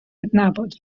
adnabod